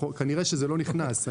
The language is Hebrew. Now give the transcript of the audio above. כנראה, זה לא נכנס.